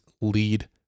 lead